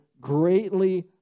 greatly